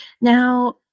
Now